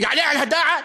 יעלה על הדעת?